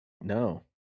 no